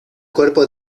cuerpo